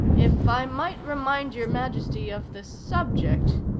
if i might remind your majesty of the subject,